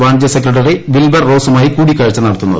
വാണിജ്യ secretary Wilbur റോസുമായി കൂടിക്കാഴ്ച നടത്തുന്നത്